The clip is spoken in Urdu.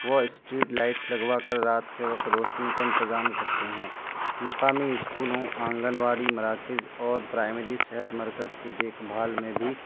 وہ اسٹریٹ لائٹس لگوا کر رات کے وقت روشنی کا انتظام کرتے ہیں مقامی اسکولوں آنگن واڑی مراکز اور پرائمری صحت مرکز کی دیکھ بھال میں بھی